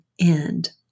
end